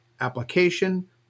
application